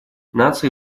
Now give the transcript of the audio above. нации